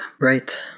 Right